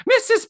Mrs